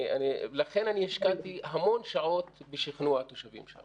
לכן אני השקעתי המון שעות בשכנוע התושבים שם.